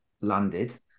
landed